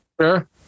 Sure